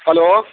hello